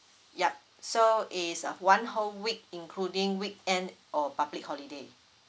yup so it's uh one whole week including weekend or public holiday